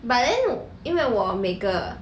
but then 因为我每个